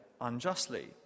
unjustly